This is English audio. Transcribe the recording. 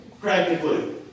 practically